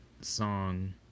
song